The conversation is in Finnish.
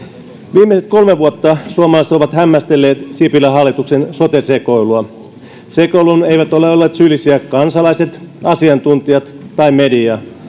viimeiset kolme vuotta suomalaiset ovat hämmästelleet sipilän hallituksen sote sekoilua sekoiluun eivät ole olleet syyllisiä kansalaiset asiantuntijat tai media